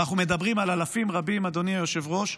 ואנחנו מדברים על אלפים רבים, אדוני היושב-ראש,